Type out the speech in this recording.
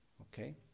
Okay